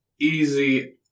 easy